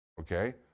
Okay